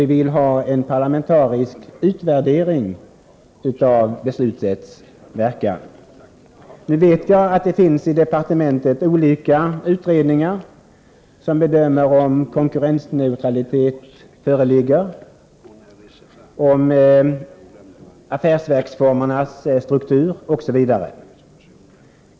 Vi vill ha en parlamentarisk utvärdering av beslutets verkan. Nu vet jag att det i departementet finns olika utredningar som bedömer affärsverksformernas struktur, om konkurrensneutralitet föreligger, osv.